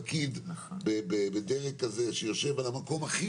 פקיד בדרג כזה שיושב על המקום הכי